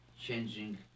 changing